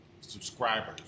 subscribers